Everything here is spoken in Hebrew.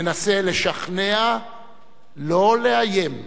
מנסה לשכנע ולא לאיים.